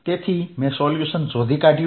તેથી મેં સોલ્યુશન શોધી કાઢ્યું